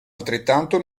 altrettanto